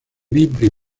libri